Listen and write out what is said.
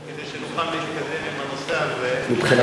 אני חושב